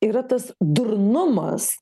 yra tas durnumas